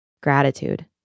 gratitude